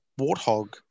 warthog